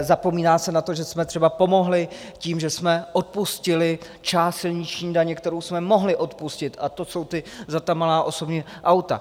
Zapomíná se na to, že jsme třeba pomohli tím, že jsme odpustili část silniční daně, kterou jsme mohli odpustit, za malá osobní auta.